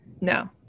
No